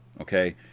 okay